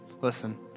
Listen